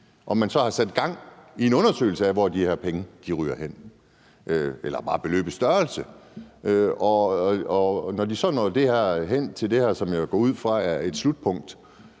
om man så har sat gang i en undersøgelse af, hvor de her penge ryger hen, eller bare beløbets størrelse, og hvad de penge så bliver brugt til, når de så når hen til det her, som jeg går ud fra er et slutpunkt.